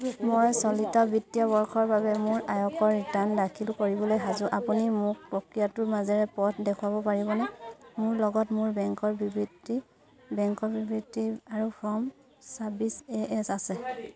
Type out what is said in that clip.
মই চলিত বিত্তীয় বৰ্ষৰ বাবে মোৰ আয়কৰ ৰিটাৰ্ণ দাখিল কৰিবলৈ সাজু আপুনি মোক প্ৰক্ৰিয়াটোৰ মাজেৰে পথ দেখুৱাব পাৰিবনে মোৰ লগত মোৰ বেংকৰ বিবৃতি বেংকৰ বিবৃতি আৰু ফৰ্ম ছাব্বিছ এ এছ আছে